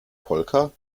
polka